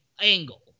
angle